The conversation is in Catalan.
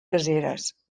caseres